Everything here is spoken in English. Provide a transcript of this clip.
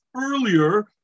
earlier